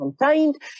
contained